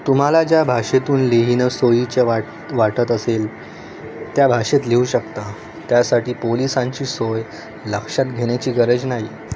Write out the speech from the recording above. तुम्हाला ज्या भाषेतून लिहिणं सोयीचं वाट वाटत असेल त्या भाषेत लिहू शकता त्यासाठी पोलिसांची सोय लक्षात घेण्याची गरज नाही